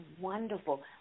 wonderful